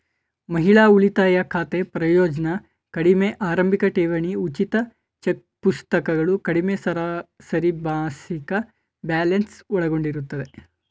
ಮಹಿಳಾ ಉಳಿತಾಯ ಖಾತೆ ಪ್ರಯೋಜ್ನ ಕಡಿಮೆ ಆರಂಭಿಕಠೇವಣಿ ಉಚಿತ ಚೆಕ್ಪುಸ್ತಕಗಳು ಕಡಿಮೆ ಸರಾಸರಿಮಾಸಿಕ ಬ್ಯಾಲೆನ್ಸ್ ಒಳಗೊಂಡಿರುತ್ತೆ